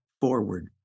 forward